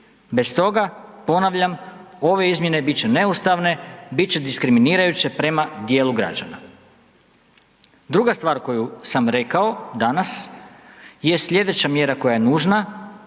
Bez toga, ponavljam, ove izmjene bit će neustavne, bit će diskriminirajuće prema dijelu građana. Druga stvar koju sam rekao danas je slijedeća mjera koja je nužna.